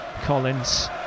Collins